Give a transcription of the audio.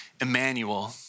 Emmanuel